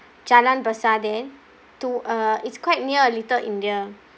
jalan besar there to uh it's quite near little india